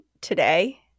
today